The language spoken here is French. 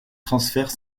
transfère